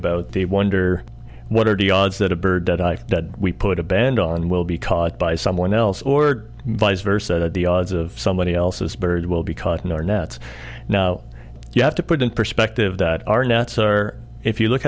about they wonder what are the odds that a bird that we put a band on will be caught by someone else or vice versa the odds of somebody else's bird will be caught in our nets now you have to put in perspective that are nuts or if you look